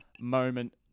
moment